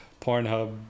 Pornhub